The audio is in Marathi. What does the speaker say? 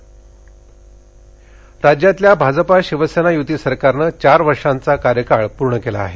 मुख्यमंत्री राज्यातल्या भाजप शिवसेना युती सरकारनं चार वर्षांचा कार्यकाळ पूर्ण केला आहे